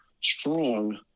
strong